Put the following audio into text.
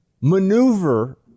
maneuver